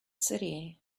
city